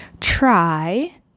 Try